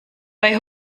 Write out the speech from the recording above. bei